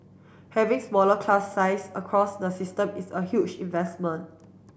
having smaller class size across the system is a huge investment